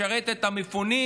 לשרת את המפונים,